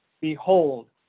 Behold